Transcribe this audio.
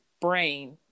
brain